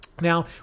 Now